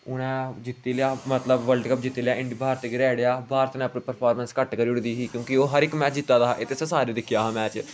उ'नें जित्ती लेआ मतलब बल्ड कप जित्ती लेआ भारत गी हराई ओड़ेआ भारत ने अपनी प्रफांरमेंस घट्ट करी ओड़ी दी ही क्योंकि ओह् हर इक मैच जित्ता दा एह् तुसें सारें दिक्खेआ हा मैच